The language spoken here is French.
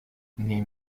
née